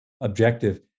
objective